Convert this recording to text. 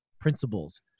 principles